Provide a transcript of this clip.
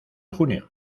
junio